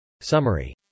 Summary